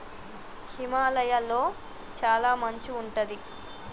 హిమాలయ లొ చాల మంచు ఉంటది